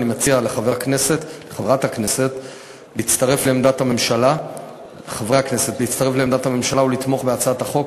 אני מציע לחברי הכנסת להצטרף לעמדת הממשלה ולתמוך בהצעת החוק,